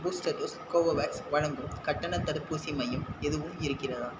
booster dose Covovax வழங்கும் கட்டணத் தடுப்பூசி மையம் எதுவும் இருக்கிறதா